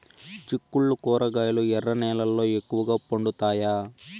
చిక్కుళ్లు కూరగాయలు ఎర్ర నేలల్లో ఎక్కువగా పండుతాయా